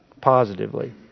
positively